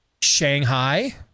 Shanghai